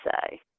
say